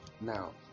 Now